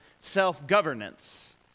self-governance